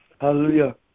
Hallelujah